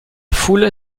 foule